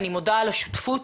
אני מודה על השותפות.